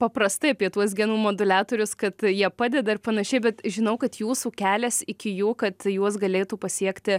paprastai apie tuos genų moduliatorius kad jie padeda ir panašiai bet žinau kad jūsų kelias iki jų kad juos galėtų pasiekti